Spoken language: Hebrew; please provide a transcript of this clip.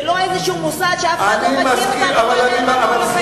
ולא איזה מוסד שאף אחד בו לא מכיר אותם ולא את אורח החיים שלהם.